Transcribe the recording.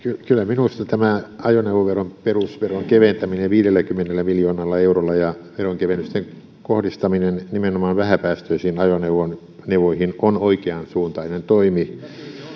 kyllä minusta tämä ajoneuvoveron perusveron keventäminen viidelläkymmenellä miljoonalla eurolla ja veronkevennysten kohdistaminen nimenomaan vähäpäästöisiin ajoneuvoihin on oikeansuuntainen toimi